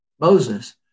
Moses